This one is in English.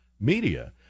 Media